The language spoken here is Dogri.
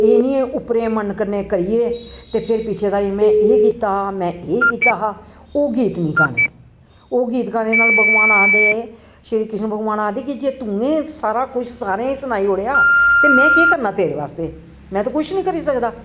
एह् निं ओपरे मन कन्नै करियै ते फिर पिच्छें दा में एह् कीता एह् में कीता हा ओह् गीत निं गाने ओह् गीत गाने नाल भगवान आखदे श्री कृष्ण भगवान आखदे जे तुऐं सारा कुछ सारें गी सनाई ओड़ेआ ते में केह् करना तेरे बास्तै में ते कुछ बी निं करी सकदा